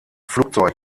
flugzeug